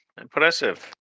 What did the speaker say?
Impressive